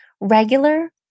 regular